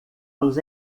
los